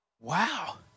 Wow